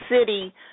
city